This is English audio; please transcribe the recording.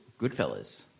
Goodfellas